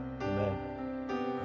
Amen